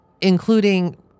including